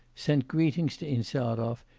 sent greetings to insarov,